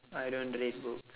I don't read books